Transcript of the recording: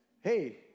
Hey